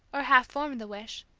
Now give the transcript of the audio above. or half formed the wish,